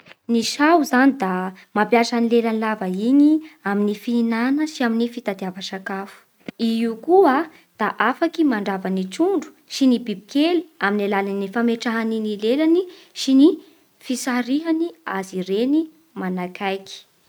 Ny saho zany da mampiasa ny lelany lava igny amin'ny fihinana sy amin'ny fitadiava sakafo. I io koa da afaky mandraba ny trondro sy ny biby kely amin'ny alalan'ny fametrahany ny lelany sy ny fisarihany azy ireny manakaiky.